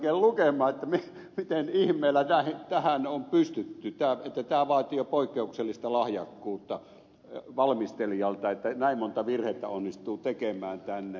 rupesin oikein lukemaan miten ihmeellä tähän on pystytty sillä tämä vaatii jo poikkeuksellista lahjakkuutta valmistelijalta että näin monta virhettä onnistuu tekemään tänne